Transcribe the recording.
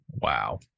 Wow